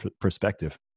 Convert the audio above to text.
perspective